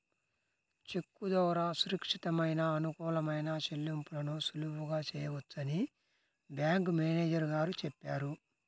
చెక్కు ద్వారా సురక్షితమైన, అనుకూలమైన చెల్లింపులను సులువుగా చేయవచ్చని బ్యాంకు మేనేజరు గారు చెప్పారు